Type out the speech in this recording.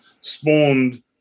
spawned